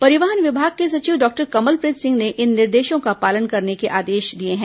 परिवहन विभाग के सचिव डॉक्टर कमलप्रीत सिंह ने इन निर्देशों का पालन करने के आदेश दिए हैं